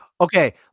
Okay